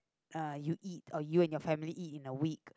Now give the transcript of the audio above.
uh you eat or you and your family eat in a week